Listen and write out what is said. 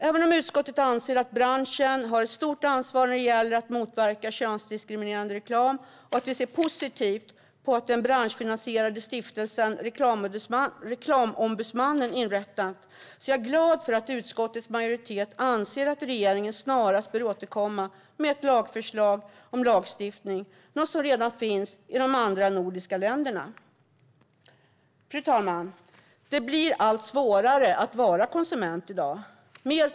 Även om utskottet anser att branschen har ett stort ansvar när det gäller att motverka könsdiskriminerande reklam och att vi ser positivt på att den branschfinansierade stiftelsen Reklamombudsmannen inrättas är jag glad att utskottets majoritet anser att regeringen snarast bör återkomma med ett förslag om lagstiftning, något som redan finns i de andra nordiska länderna. Fru talman! Det blir allt svårare att vara konsument i dag.